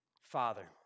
Father